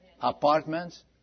Apartments